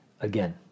again